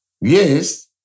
Yes